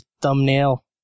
thumbnail